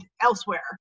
elsewhere